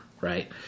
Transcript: right